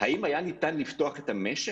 האם היה ניתן לפתוח את המשק?